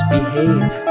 behave